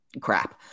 crap